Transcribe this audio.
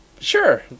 Sure